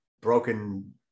broken